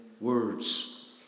words